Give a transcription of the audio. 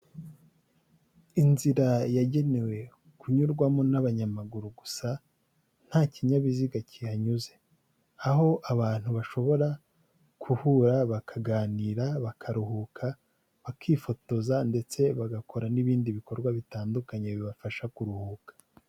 Inzira yagenewe kunyurwamo n'abanyamaguru gusa, nta kinyabiziga kihanyuze. Aho abantu bashobora guhura bakaganira, bakaruhuka, bakifotoza ndetse bagakora n'ibindi bikorwa bitandukanye bibafasha kuruhuka.